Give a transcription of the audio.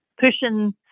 pushing